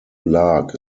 lark